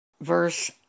Verse